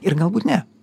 ir galbūt ne